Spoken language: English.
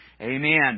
Amen